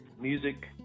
music